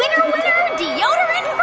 um deodorant um